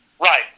Right